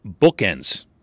bookends